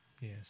Yes